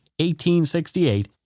1868